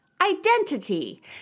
identity